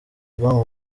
ubwonko